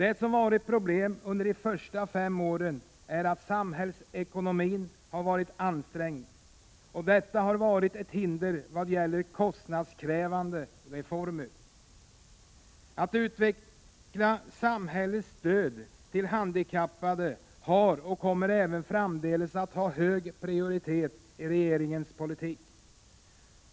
Ett problem under de första fem åren har varit den ansträngda samhällsekonomin. Detta har utgjort ett hinder vad gäller kostnadskrävande reformer. Att utveckla samhällets stöd till handikappade har, och kommer även framdeles att ha, hög prioritet i regeringens politik.